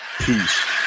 Peace